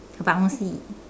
bouncy